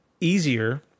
easier